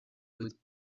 with